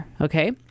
Okay